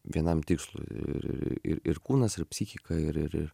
vienam tikslui ir ir ir kūnas ir psichika ir ir ir